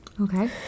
okay